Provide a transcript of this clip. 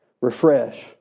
refresh